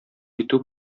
китү